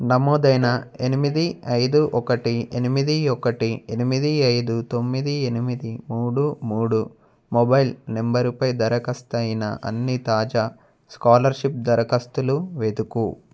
నమోదైన ఎనిమిది ఐదు ఒకటి ఎనిమిది ఒకటి ఎనిమిది ఐదు తొమ్మిది ఎనిమిది మూడు మూడు మొబైల్ నంబరుపై దరఖాస్తయిన అన్ని తాజా స్కాలర్షిప్ దరఖాస్తులు వెతుకు